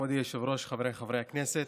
מכובדי היושב-ראש, חבריי חברי הכנסת,